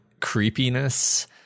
creepiness